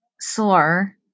slur